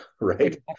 right